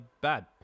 bad